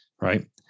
Right